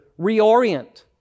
reorient